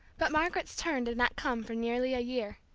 but margaret's turn did not come for nearly a year.